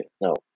no